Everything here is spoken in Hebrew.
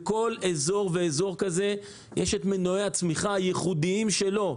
בכל אזור ואזור יש את מנועי הצמיחה הייחודיים שלו.